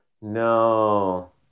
No